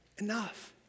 enough